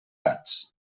gats